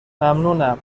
ممنونم